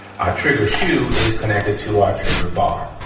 our trigger shoe is connected to our trigger bar.